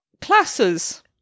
Classes